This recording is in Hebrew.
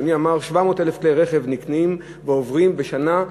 אדוני אמר ש-700,000 כלי רכב נקנים ועוברים בשנה,